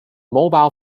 mobile